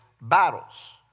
battles